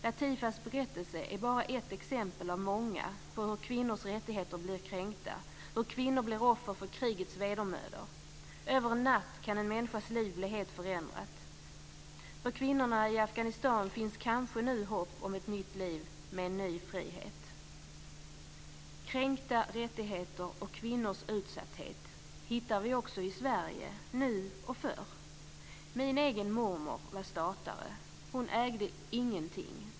Latifas berättelse är bara ett exempel av många på hur kvinnors rättigheter blir kränkta, hur kvinnor blir offer för krigets vedermödor. Över en natt kan en människas liv bli helt förändrat. För kvinnorna i Afghanistan finns nu kanske hopp om ett nytt liv med en ny frihet. Kränkta rättigheter och kvinnors utsatthet hittar vi också i Sverige, nu och förr. Min egen mormor var statare. Hon ägde ingenting.